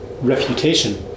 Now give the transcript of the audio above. refutation